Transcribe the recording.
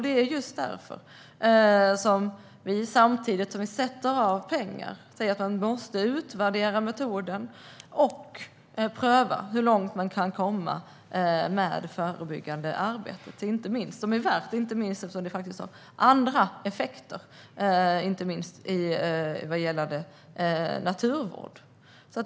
Det är just därför som vi, samtidigt som vi avsätter pengar, säger att man måste utvärdera metoden och pröva hur långt man kan komma med det förebyggande arbetet, eftersom det har andra effekter inte minst vad gäller naturvård.